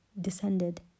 descended